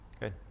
Good